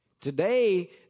Today